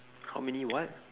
how many what